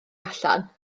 allan